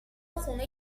خونه